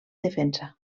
defensa